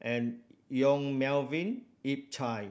and Yong Melvin Yik Chye